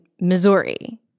Missouri